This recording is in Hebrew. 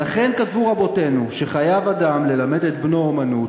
"לכן כתבו רבותינו שחייב אדם ללמד את בנו אומנות,